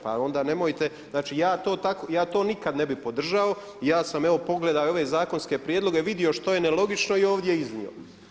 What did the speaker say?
Pa onda nemojte, znači ja to tako, ja to nikad ne bi podržao i ja sam evo pogledao i ove zakonske prijedloge, vidio što je nelogično i ovdje iznio.